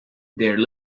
there